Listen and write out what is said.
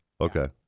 okay